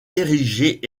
érigés